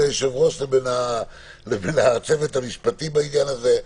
היושב-ראש לבין הצוות המשפטי בעניין הזה.